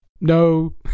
no